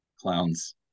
clowns